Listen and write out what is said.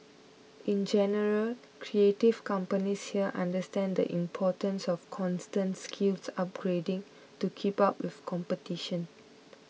in general creative companies here understand the importance of constant skills upgrading to keep up with competition